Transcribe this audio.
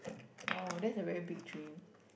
!wow! that's a very big dream